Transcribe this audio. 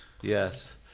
Yes